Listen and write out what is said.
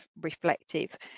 reflective